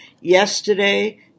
yesterday